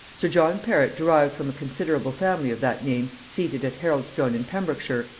sir john perrot derived from a considerable family of that name seated at haroldstone in pembrokeshire,